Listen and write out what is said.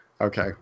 okay